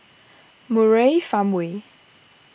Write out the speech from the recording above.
Murai Farmway